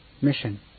mission